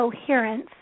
coherence